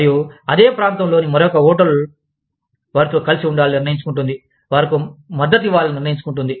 మరియు అదే ప్రాంతంలోని మరొక హోటల్ వారితో కలిసి ఉండాలని నిర్ణయించుకుంటుంది వారికి మద్దతు ఇవ్వాలని నిర్ణయించుకుంటుంది